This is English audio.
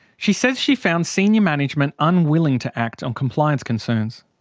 she says she found senior management unwilling to act on compliance concerns.